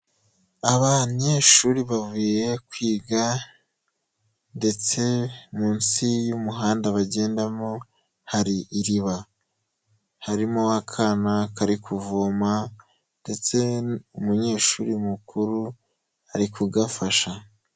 Abanyeshuri bavuye kwiga ndetse munsi y'umuhanda bagendamo hari iriba, harimo akana kari kuvoma ndetse umuyeshuri mukuru ari kugafasha.